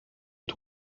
του